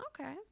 Okay